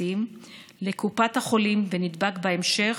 טיפוסיים לקופת החולים ונדבק בהמשך